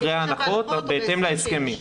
אחרי הנחות, בהתאם להסכמים.